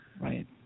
Right